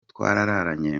twararanye